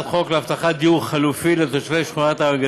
יוסי יונה.